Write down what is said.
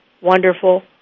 wonderful